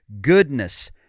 goodness